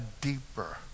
deeper